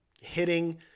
hitting